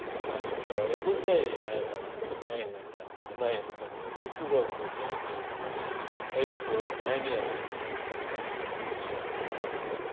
राम्रो छ या कुन चाहिँ नहेर्दा रा नहेर्नु पर्ने हो त्यो कुरोहरूको ज्ञान चाहिँ हामीले अहिलेको नानीहरूलाई पनि हामीले बताउनु सक्यो भने यो चाहिँ अति उत्तम हुन्छ